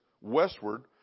westward